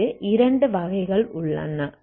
நமக்கு இரண்டு வகைகள் உள்ளன